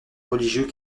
religieux